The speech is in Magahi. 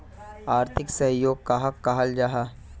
आर्थिक सहयोग कहाक कहाल जाहा जाहा?